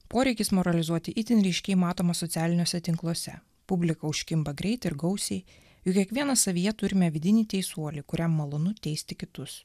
poreikis moralizuoti itin ryškiai matomas socialiniuose tinkluose publika užkimba greit ir gausiai juk kiekvienas savyje turime vidinį teisuolį kuriam malonu teisti kitus